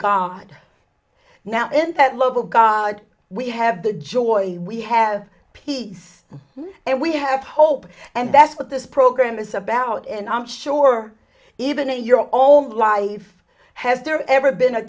god now in that love of god we have the joy we have peace and we have hope and that's what this program is about and i'm sure even in your own life has there ever been a